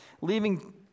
leaving